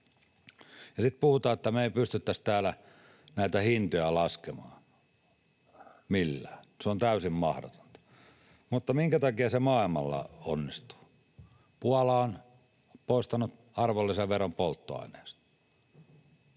Sitten puhutaan, että me ei pystyttäisi täällä näitä hintoja laskemaan millään, se on täysin mahdotonta. Mutta minkä takia se maailmalla onnistuu? Puola on poistanut arvonlisäveron polttoaineesta.